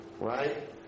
right